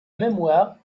mémoire